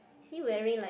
he wearing like